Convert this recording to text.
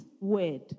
word